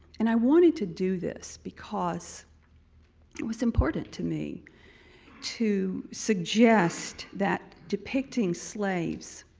and i wanted to do this because it was important to me to suggest that depicting slaves